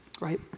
Right